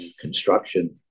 construction